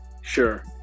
Sure